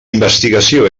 investigació